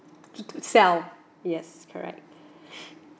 to to sell yes correct